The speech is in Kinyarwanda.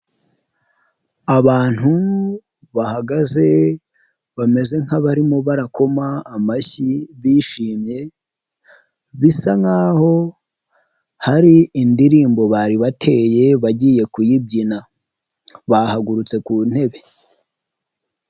Abantu bahagaze bameze nk'abarimo barakoma amashyi bishimye bisa nk'aho hari indirimbo bari bateye bagiye kuyibyina bahagurutse ku ntebe.